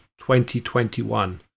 2021